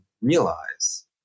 realize